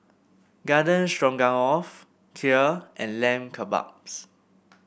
Garden Stroganoff Kheer and Lamb Kebabs